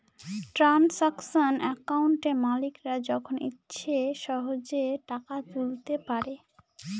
transaction একাউন্টে মালিকরা যখন ইচ্ছে সহেজে টাকা তুলতে পারে